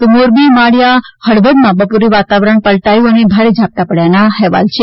તો મોરબી માળીયા અને હળવદમાં બપોરે વાતાવરણ પલટાયું અને ભારે ઝાપટાં પડ્યા હોવાના અહેવાલ છે